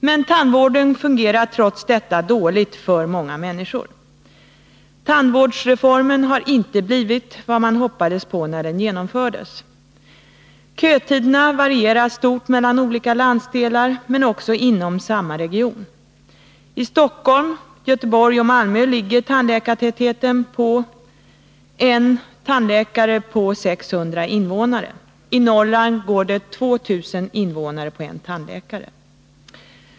Men tandvården fungerar trots detta dåligt för många människor. Tandvårdsreformen har inte blivit vad man hoppades på när den genomfördes. Kötiderna varierar stort mellan olika landsdelar men också inom samma region. I Stockholm, Göteborg och Malmö ligger tandläkartätheten på en tandläkare på 600 invånare. I Norrland går det 2 000 invånare på en tandläkare.